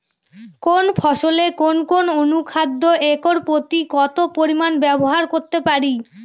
কোন ফসলে কোন কোন অনুখাদ্য একর প্রতি কত পরিমান ব্যবহার করতে পারি?